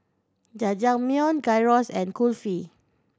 Jajangmyeon Gyros and Kulfi